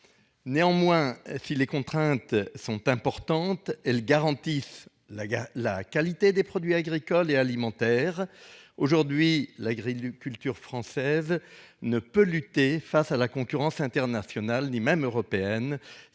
soumis. Des contraintes importantes sont aussi une garantie de qualité des produits agricoles et alimentaires. Aujourd'hui, l'agriculture française ne peut lutter face à la concurrence internationale, voire européenne,